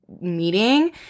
meeting